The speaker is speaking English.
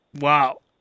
Wow